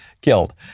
killed